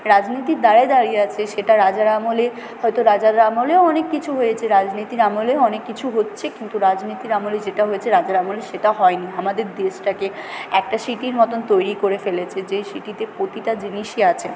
রাজনীতির দ্বারাই দাঁড়িয়ে আছে সেটা রাজার আমলে হয়তো রাজার আমলেও অনেক কিছু হয়েছে রাজনীতির আমলেও অনেক কিছু হচ্ছে কিন্তু রাজনীতির আমলে যেটা হয়েছে রাজার আমলে সেটা হয়নি আমাদের দেশটাকে একটা সিটির মতন তৈরি করে ফেলেছে যে সিটিতে প্রতিটা জিনিসই আছে